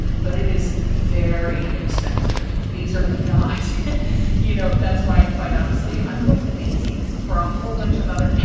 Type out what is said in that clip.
but it is very expensive. these are not you know, that's why, quite honestly, i'm going to macy's for a whole bunch of other.